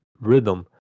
rhythm